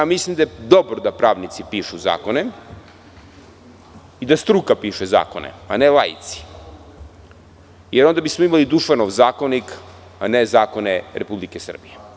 Mislim da je dobro da pravnici pišu zakone i da struka piše zakone a ne laici, jer onda bi svi imali Dušanov zakonik, a ne zakone Republike Srbije.